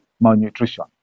malnutrition